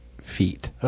feet